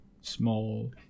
small